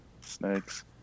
Snakes